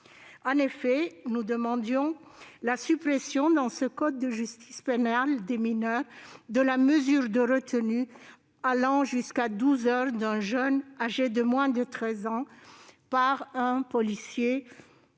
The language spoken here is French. vous. Nous demandions la suppression dans le code de la justice pénale des mineurs de la mesure de retenue, pouvant aller jusqu'à douze heures, d'un jeune âgé de moins de 13 ans par un officier